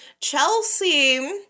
Chelsea